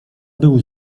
był